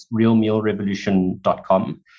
realmealrevolution.com